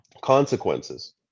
consequences